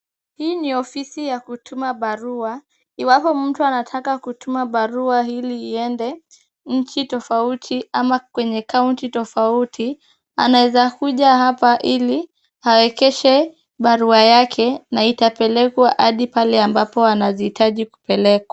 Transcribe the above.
Hii ni ofisi ya kutuma barua iwapo mtu anataka kutuma barua ili iende nchi tofauti ama kwenye county tofauti anaeza kuja hapa ili aweke barua yake na itapelekwa hadi pale ambapo anaziitaji kupelekwa.